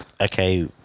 Okay